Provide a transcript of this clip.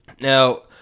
Now